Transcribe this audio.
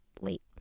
late